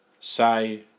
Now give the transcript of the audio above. say